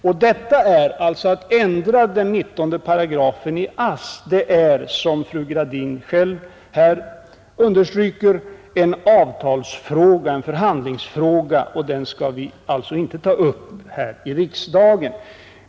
Möjligheterna att ändra 19 § AST är alltså, som fru Gradin här själv understryker, en förhandlingsfråga, som vi inte skall ta upp här i riksdagen.